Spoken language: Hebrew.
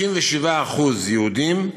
67% יהודים,